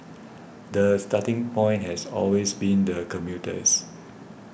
the starting point has always been the commuters